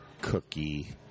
cookie